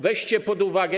Weźcie pod uwagę.